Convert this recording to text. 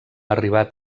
arribat